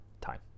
time